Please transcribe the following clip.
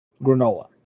Granola